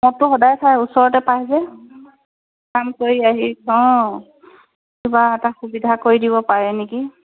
মদটো সদায় খায় ওচৰতে পায় যে কাম কৰি আহি অঁ কিবা এটা সুবিধা কৰি দিব পাৰে নেকি